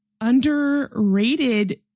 underrated